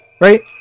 Right